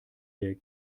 der